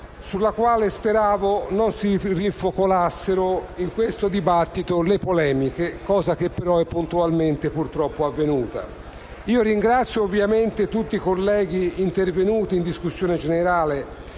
sulla quale speravo non si rinfocolassero in questo dibattito le polemiche, cosa che però puntualmente purtroppo è avvenuta. Ringrazio tutti i colleghi intervenuti in discussione generale,